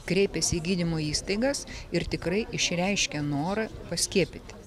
kreipiasi į gydymo įstaigas ir tikrai išreiškia norą paskiepyti